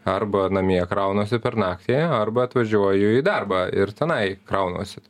arba namie kraunuosi per naktį arba atvažiuoju į darbą ir tenai kraunuosi